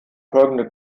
folgende